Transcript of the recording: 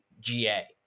GA